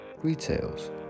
Retails